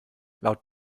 laut